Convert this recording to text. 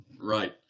Right